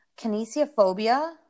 kinesiophobia